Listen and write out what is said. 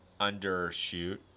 undershoot